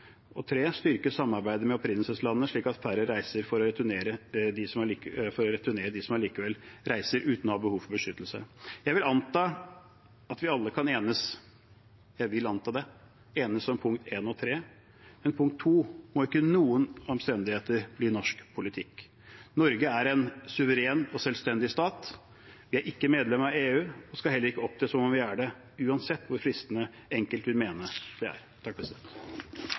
samarbeidet med opprinnelseslandene, slik at færre reiser, og for å returnere dem som allikevel reiser uten å ha behov for beskyttelse. Jeg vil anta at vi alle kan enes – jeg vil anta det – om punktene 1 og 3, men punkt 2 må ikke under noen omstendigheter bli norsk politikk. Norge er en suveren og selvstendig stat. Vi er ikke medlemmer av EU og skal heller ikke opptre som om vi er det, uansett hvor fristende enkelte vil mene det er. Takk